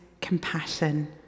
compassion